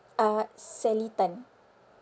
uh sally tan